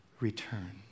Return